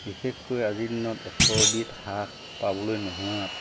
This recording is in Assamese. বিশেষকৈ আজিৰ দিনত এশবিধ শাক পাবলৈ নোহোৱাত